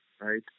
right